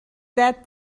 that